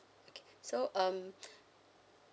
okay so um